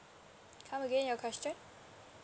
come again your question